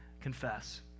confess